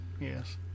yes